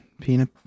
Peanut